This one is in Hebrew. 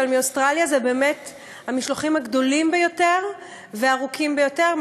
אבל מאוסטרליה באמת המשלוחים הם הגדולים ביותר והמסעות הארוכים ביותר,